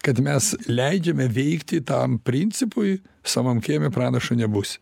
kad mes leidžiame veikti tam principui savam kieme pranašu nebūsi